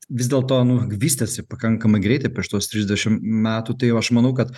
vis dėlto nu vystėsi pakankamai greitai per šituos trisdešim metų tai jau aš manau kad